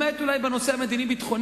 למעט אולי בנושא המדיני-ביטחוני,